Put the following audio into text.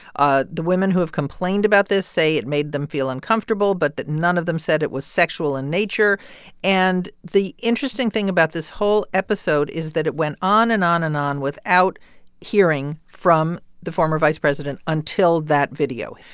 ah the women who have complained about this say it made them feel uncomfortable but that none of them said it was sexual in nature and the interesting thing about this whole episode is that it went on and on and on without hearing from the former vice president until that video.